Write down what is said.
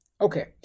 Okay